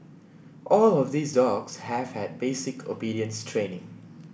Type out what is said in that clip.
all of these dogs have had basic obedience training